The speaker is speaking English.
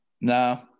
no